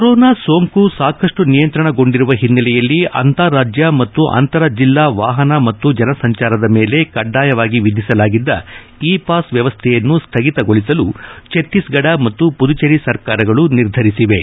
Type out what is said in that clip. corona ಸೋಂಕು ಸಾಕಷ್ಟು ನಿಯಂತ್ರಣಗೊಂಡಿರುವ ಹಿನ್ನೆಲೆಯಲ್ಲಿ ಅಂತಾರಾಜ್ಯ ಮತ್ತು ಅಂತರ ಜಿಲ್ಲಾ ವಾಹನ ಮತ್ತು ಜನಸಂಚಾರದ ಮೇಲೆ ಕಡ್ಡಾಯವಾಗಿ ವಿಧಿಸಲಾಗಿದ್ದ ಇ ಪಾಸ್ ವ್ಯವಸ್ಥೆಯನ್ನು ಸ್ಥಗಿತಗೊಳಿಸಲು ಛತ್ತೀಸ್ಗಢ ಮತ್ತು ಪುದಚೇರಿ ಸರ್ಕಾರಗಳು ನಿರ್ಧರಿಸಿವೆ